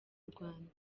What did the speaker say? rwanda